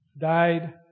died